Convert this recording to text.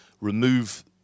remove